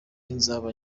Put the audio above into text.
nzaba